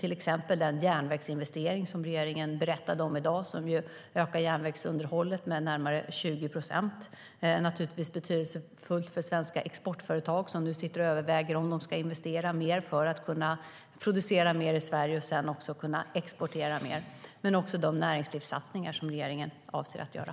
Ett exempel är den järnvägsinvestering som regeringen berättade om i dag och som ökar järnvägsunderhållet med närmare 20 procent. Det är naturligtvis betydelsefullt för svenska exportföretag som nu sitter och överväger om de ska investera mer för att kunna producera mer i Sverige och sedan också kunna exportera mer. Det handlar dock även om de näringslivssatsningar som regeringen avser att göra.